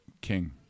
king